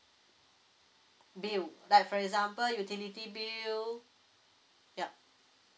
bill like for example utility bill ya